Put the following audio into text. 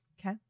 Okay